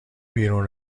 بیرون